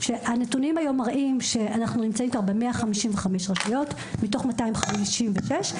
הנתונים היום מראים שאנחנו נמצאים כבר ב-155 רשויות מתוך 256,